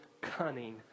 cunning